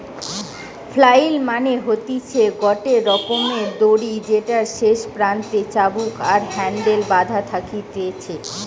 flail মানে হতিছে গটে রকমের দড়ি যেটার শেষ প্রান্তে চাবুক আর হ্যান্ডেল বাধা থাকতিছে